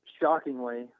shockingly